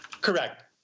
Correct